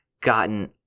gotten